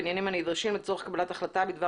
בעניינים הנדרשים לצורך קבלת החלטה בדבר